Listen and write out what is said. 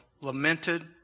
lamented